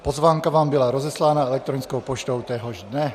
Pozvánka vám byla rozeslána elektronickou poštou téhož dne.